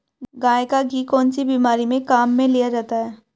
गाय का घी कौनसी बीमारी में काम में लिया जाता है?